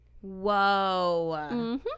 Whoa